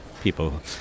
people